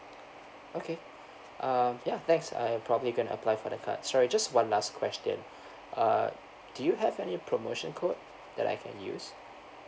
okay um ya thanks I probably gonna apply for the card sorry just one last question uh do you have any promotion code that I can use